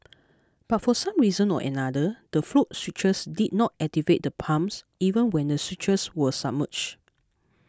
but for some reason or another the float switches did not activate the pumps even when the switches were submerged